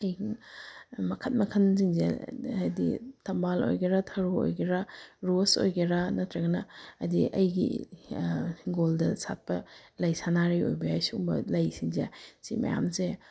ꯃꯈꯟ ꯃꯈꯟꯁꯤꯡꯁꯦ ꯍꯥꯏꯗꯤ ꯊꯝꯕꯥꯜ ꯑꯣꯏꯒꯦꯔꯥ ꯊꯔꯣ ꯑꯣꯏꯒꯦꯔꯥ ꯔꯣꯖ ꯑꯣꯏꯒꯦꯔꯥ ꯅꯠꯇ꯭ꯔꯒꯅ ꯍꯥꯏꯗꯤ ꯑꯩꯒꯤ ꯏꯪꯈꯣꯜꯗ ꯁꯥꯠꯄ ꯂꯩ ꯁꯅꯥꯔꯩ ꯑꯣꯏꯕ ꯌꯥꯏ ꯁꯨꯝꯕ ꯂꯩꯁꯤꯡꯁꯦ ꯁꯤ ꯃꯌꯥꯝꯁꯦ